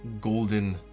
golden